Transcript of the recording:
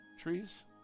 trees